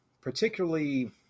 particularly